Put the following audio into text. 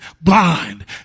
blind